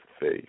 faith